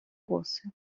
głosy